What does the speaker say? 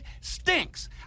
stinks